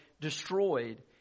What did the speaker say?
destroyed